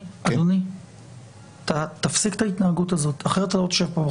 אדוני, תפסיק את ההתנהגות הזאת, אחרת לא תשב פה.